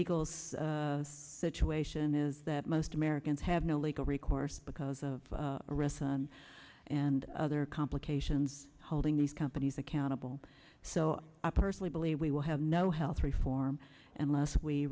legal situation is that most americans have no legal recourse because of ricin and other complications holding these companies accountable so i personally believe we will have no health reform and last we